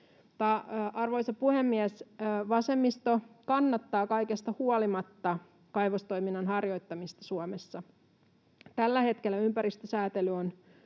Arvoisa puhemies! Vasemmisto kannattaa kaikesta huolimatta kaivostoiminnan harjoittamista Suomessa. Tällä hetkellä ympäristösäätely on